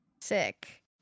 Sick